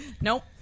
Nope